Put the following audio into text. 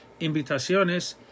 invitaciones